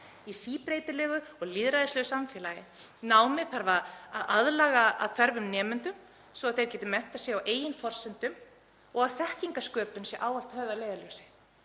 í síbreytilegu og lýðræðislegu samfélagi. Námið þarf að aðlaga að þörfum nemenda svo þeir geti menntað sig á eigin forsendum og að þekkingarsköpun sé ávallt höfð að leiðarljósi.